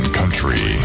country